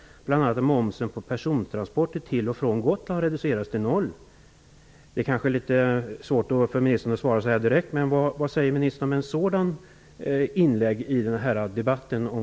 De vill bl.a. att momsen på persontransporter till och från Gotland reduceras till noll. Det är kanske svårt för ministern att svara direkt på denna fråga, men vad säger ministern om ett sådant inlägg i debatten om